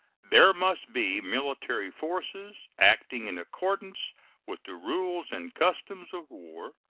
there must be military forces acting in accordance with the rules and customs of war,